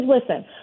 listen